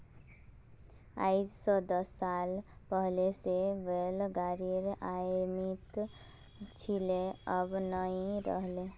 आइज स दस साल पहले जे बैल गाड़ीर अहमियत छिले अब नइ रह ले